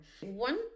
One